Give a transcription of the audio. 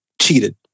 cheated